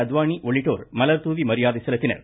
அத்வானி உள்ளிட்டோர் மலர்தாவி மரியாதை செலுத்தினர்